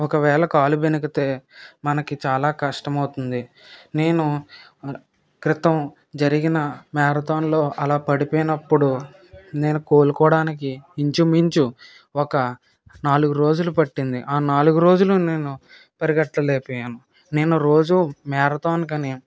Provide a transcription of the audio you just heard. ఒకవేళ కాలు బెణికితే మనకి చాలా కష్టమవుతుంది నేను క్రితం జరిగిన మ్యారథాన్లో అలా పడిపోయినప్పుడు నేను కోలుకోవడానికి ఇంచు మించు ఒక నాలుగు రోజులు పట్టింది ఆ నాలుగు రోజులు నేను పరిగెట్టలేకపోయాను నేను రోజూ మ్యారథాన్కని